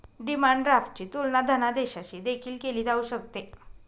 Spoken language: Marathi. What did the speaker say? डिमांड ड्राफ्टची तुलना धनादेशाशी देखील केली जाऊ शकते